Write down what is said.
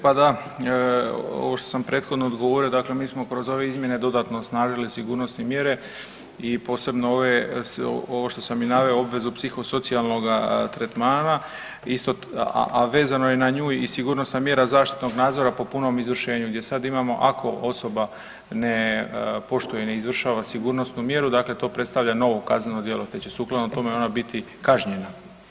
Pa da, ovo što sam prethodno odgovorio mi smo kroz ove izmjene dodatno osnažili sigurnosne mjere i posebno ovo što sam i naveo obvezu psihosocijalnoga tretmana, a vezano je i na nju i sigurnosna mjera zaštitnog nadzora po punom izvršenju gdje sad imamo ako osoba ne poštuje ne izvršava sigurnosnu mjeru, dakle to predstavlja novo kazneno djelo te će sukladno tome ona biti kažnjena.